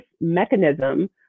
mechanism